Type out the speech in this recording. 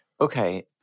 Okay